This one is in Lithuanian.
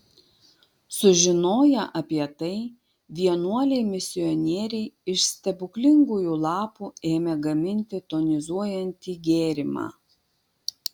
sužinoję apie tai vienuoliai misionieriai iš stebuklingųjų lapų ėmė gaminti tonizuojantį gėrimą